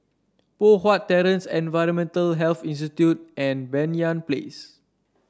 Poh Huat Terrace Environmental Health Institute and Banyan Place